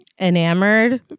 Enamored